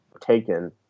taken